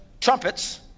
trumpets